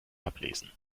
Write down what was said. ablesen